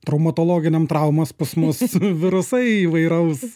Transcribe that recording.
traumatologiniam traumos pas mus virusai įvairaus